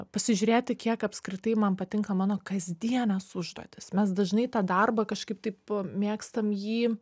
pasižiūrėti kiek apskritai man patinka mano kasdienės užduotys mes dažnai tą darbą kažkaip taip mėgstam jį